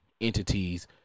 entities